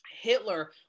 Hitler